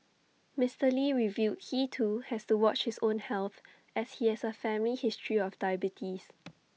Mister lee revealed he too has to watch his own health as he has A family history of diabetes